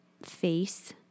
face